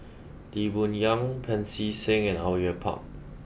Lee Boon Yang Pancy Seng and Au Yue Pak